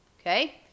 Okay